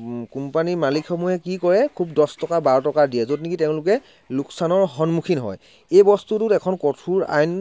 কোম্পানীৰ মালিকসমূহে কি কৰে খুব দছ টকা বাৰ টকা দিয়ে য'ত নেকি তেওঁলোকে লোকচানৰ সন্মুখীন হয় এই বস্তুটোত এখন কঠোৰ আইন